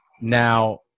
Now